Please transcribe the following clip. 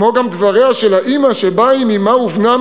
כמו גם דבריה של האימא שבאה עם אמה ובנה,